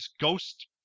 ghost